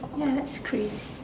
ya that's crazy